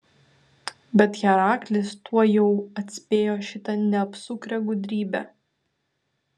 bet heraklis tuojau atspėjo šitą neapsukrią gudrybę